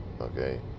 okay